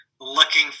looking